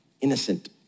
Innocent